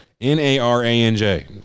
n-a-r-a-n-j